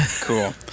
Cool